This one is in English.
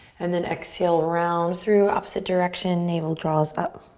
and then exhale, round through, opposite direction, navel draws up.